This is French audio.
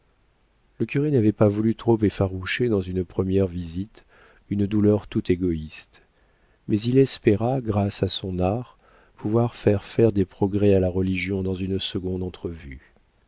le curé n'avait pas voulu trop effaroucher dans une première visite une douleur tout égoïste mais il espéra grâce à son art pouvoir faire faire des progrès à la religion dans une seconde entrevue